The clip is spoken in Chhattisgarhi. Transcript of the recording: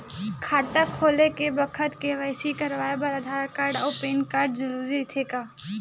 खाता खोले के बखत के.वाइ.सी कराये बर आधार कार्ड अउ पैन कार्ड जरुरी रहिथे